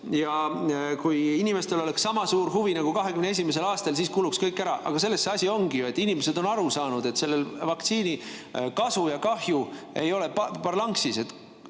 et kui inimestel oleks sama suur huvi nagu 2021. aastal, siis kuluks kõik ära. Aga selles asi ongi ju, et inimesed on aru saanud, et selle vaktsiini kasu ja kahju ei ole parlanksis.